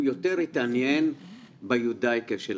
הוא יותר התעניין ביודאיקה שלהם.